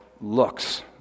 looks